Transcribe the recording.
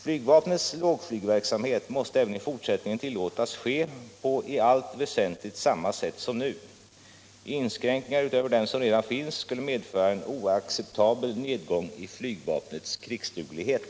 Flygvapnets lågflygverksamhet måste även i fortsättningen tillåtas ske på i allt väsentligt samma sätt som nu. Inskränkningar utöver dem som redan finns skulle medföra en oacceptabel nedgång i flygvapnets krigsduglighet.